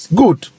good